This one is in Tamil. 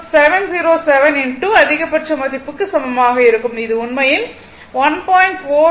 707 அதிகபட்ச மதிப்புக்கு சமமாகவும் இருக்கும் இது உண்மையில் 1